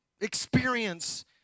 experience